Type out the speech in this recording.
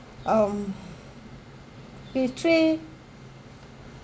um p three